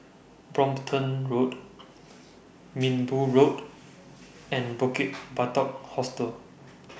Brompton Road Minbu Road and Bukit Batok Hostel